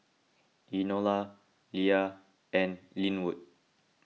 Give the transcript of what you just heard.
Enola Leah and Lynwood